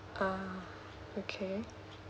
ah okay